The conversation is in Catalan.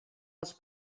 els